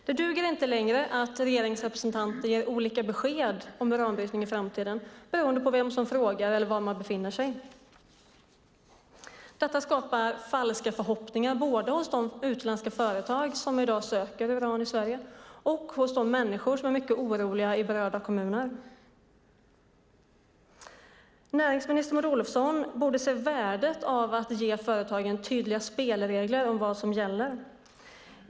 Det duger inte längre att regeringsrepresentanter ger olika besked om uranbrytning i framtiden beroende på vem som frågar eller var man befinner sig. Det skapar falska förhoppningar både hos utländska företag som i dag söker uran i Sverige och hos människor som är mycket oroliga i berörda kommuner. Näringsminister Maud Olofsson borde se värdet av att ge företagen tydliga spelregler för vad som gäller.